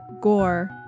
gore